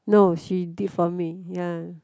no she did for me ya